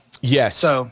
Yes